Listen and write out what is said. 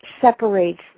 separates